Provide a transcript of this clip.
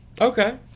Okay